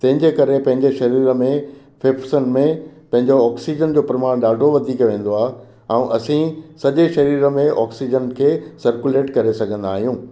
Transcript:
तंहिंजे करे पंहिंजे शरीर में फ़ेफ़ड़नि में पंहिंजो ऑक्सीजन जो प्रमाण ॾाढो वधीक वेंदो आहे ऐं असीं सॼे शरीर में ऑक्सीजन खे सर्कुलेट करे सघंदा आहियूं